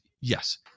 yes